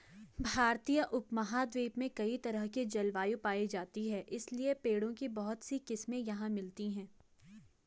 भारतीय उपमहाद्वीप में कई तरह की जलवायु पायी जाती है इसलिए पेड़ों की बहुत सी किस्मे यहाँ मिलती हैं